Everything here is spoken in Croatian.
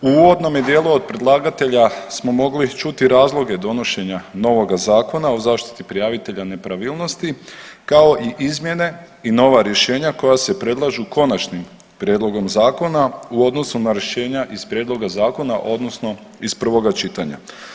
U uvodnome dijelu od predlagatelja smo mogli čuti razloge donošenja novoga Zakona o zaštiti prijavitelja nepravilnosti kao i izmjene i nova rješenja koja se predlažu konačnim prijedlogom zakona u odnosu na rješenja iz prijedloga zakona odnosno iz prvoga čitanja.